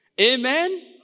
Amen